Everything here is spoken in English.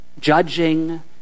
judging